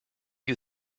you